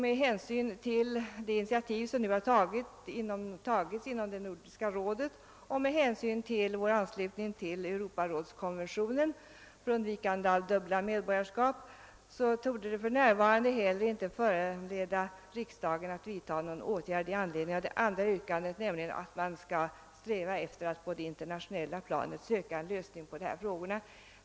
Med hänsyn till de initiativ som nu har tagits inom Nordiska rådet och med hänsyn till vår anslutning till Europarådets konvention för undvikande av dubbla medborgarskap torde det väl för närvarande inte heller finnas anledning för riksdagen att vidta någon åtgärd i anledning av det andra yrkandet, nämligen att man skall sträva efter att på det internationella planet söka en lösning på dessa problem.